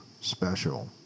Special